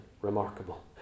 remarkable